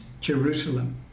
Jerusalem